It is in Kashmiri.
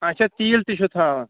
اَچھا تیٖل تہِ چھُو تھاوان